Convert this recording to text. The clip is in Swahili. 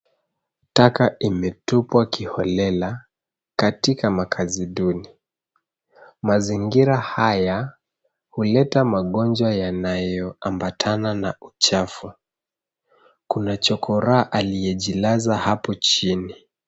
Taka imetupwa kiholela katika makazi duni. Mazingira haya huleta magonjwa ya yanayoambatana na uchafu. Kuna chokoraa aliyejilaza hapo chini.